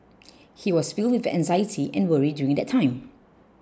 he was filled with anxiety and worry during that time